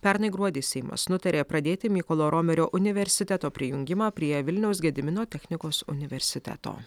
pernai gruodį seimas nutarė pradėti mykolo romerio universiteto prijungimą prie vilniaus gedimino technikos universiteto